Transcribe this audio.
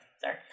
Sorry